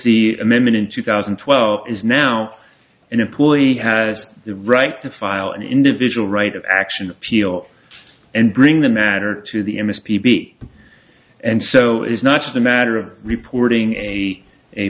the amendment in two thousand and twelve is now an employee has the right to file an individual right of action appeal and bring the matter to the him as p b and so it's not just a matter of reporting a a